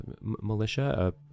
militia